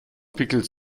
pickel